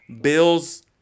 Bill's